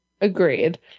Agreed